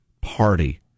party